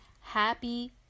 Happy